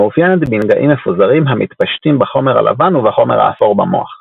היא מאופיינת בנגעים מפוזרים המתפשטים בחומר הלבן ובחומר האפור במוח.